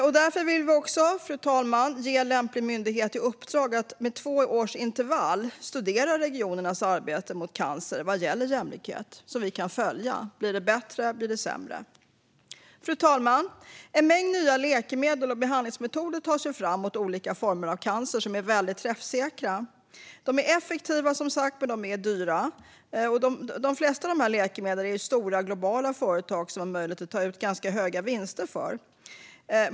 Vi vill därför ge lämplig myndighet i uppdrag att med två års intervall studera regionernas arbete mot cancer vad gäller jämlikhet, så att det går att följa om det blir bättre eller sämre. Fru talman! Det tas fram en mängd nya läkemedel och behandlingsmetoder mot olika former av cancer. De är väldigt träffsäkra och effektiva. Men de är dyra. De flesta läkemedlen görs av stora globala företag som har möjlighet att ta ut ganska stora vinster för dem.